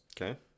Okay